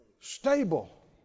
Stable